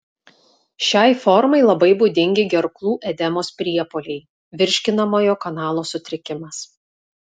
šiai formai labai būdingi gerklų edemos priepuoliai virškinamojo kanalo sutrikimas